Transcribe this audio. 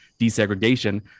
desegregation